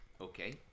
Okay